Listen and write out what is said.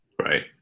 Right